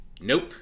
nope